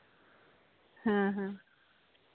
ᱦᱮᱸ ᱦᱮᱸ